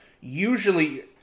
Usually